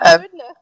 goodness